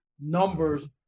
numbers